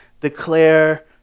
declare